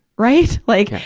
right? like,